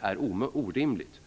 är orimligt.